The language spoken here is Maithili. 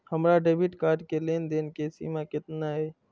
हमार डेबिट कार्ड के लेन देन के सीमा केतना ये?